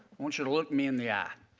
want you to look me in the eye,